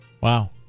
Wow